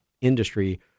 industry